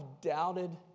doubted